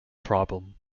problem